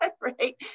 right